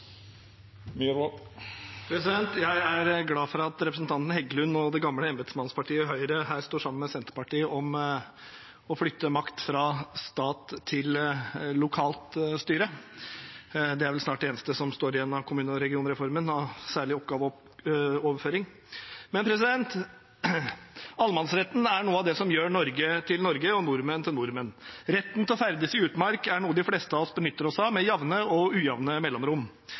Jeg er glad for at representanten Heggelund og det gamle embetsmannspartiet Høyre her står sammen med Senterpartiet om å flytte makt fra stat til lokalt styre. Det er vel snart det eneste som står igjen av kommune- og regionreformen av særlig oppgaveoverføring. Allemannsretten er noe av det som gjør Norge til Norge og nordmenn til nordmenn. Retten til å ferdes i utmark er noe de fleste av oss benytter seg av med jevne og ujevne mellomrom.